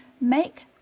make